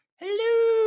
Hello